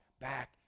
back